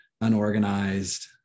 unorganized